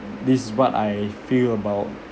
this is what I feel about